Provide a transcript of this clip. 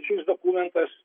šis dokumentas